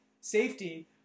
safety